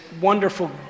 wonderful